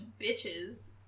bitches